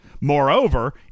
Moreover